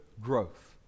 growth